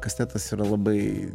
kastetas yra labai